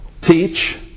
teach